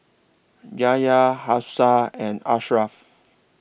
Yahaya Hafsa and Ashraff